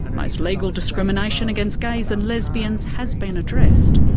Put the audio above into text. most legal discrimination against gays and lesbians has been addressed.